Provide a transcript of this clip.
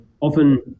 Often